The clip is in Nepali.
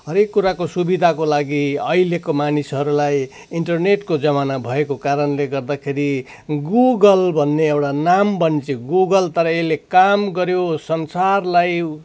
हरेक कुराको सुविधाको लागि अहिलेको मानिसहरूलाई इन्टरनेटको जमाना भएको कारणले गर्दाखेरि गुगल भन्ने एउटा नाम बन्छे गुगल तर यसले काम गऱ्यो संसारलाई